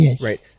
right